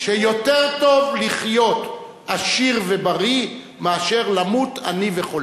שיותר טוב לחיות עשיר ובריא מאשר למות עני וחולה.